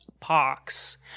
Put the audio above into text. Pox